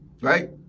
Right